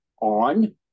on